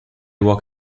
walk